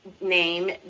name